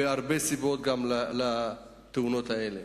ויש הרבה סיבות לתאונות האלה.